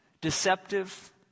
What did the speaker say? deceptive